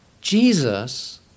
Jesus